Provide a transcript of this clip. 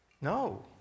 No